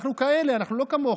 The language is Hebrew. אנחנו כאלה, אנחנו לא כמוכם.